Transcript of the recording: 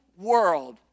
world